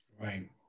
Right